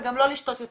וגם לא יותר מידי,